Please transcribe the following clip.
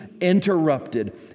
interrupted